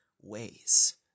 ways